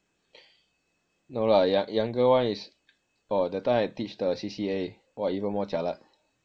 no lah y~ younger one is orh that time I teach the C_C_A !wah! even more jialat